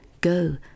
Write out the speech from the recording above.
Go